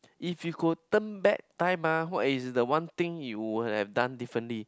if you could turn back time ah what is the one thing you would have done differently